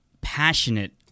passionate